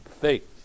faith